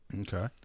Okay